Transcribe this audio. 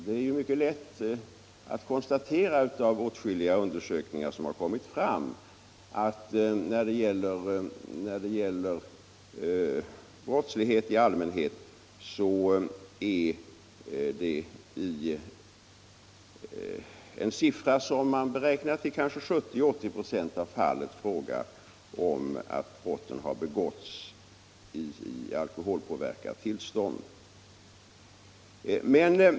Det är också lätt att konstatera att det förhåller sig på detta sätt; det har åtskilliga undersökningar visat. När det gäller brottslighet i allmänhet beräknar man att brotten i 70-80 96 av fallen begås i alkoholpåverkat tillstånd.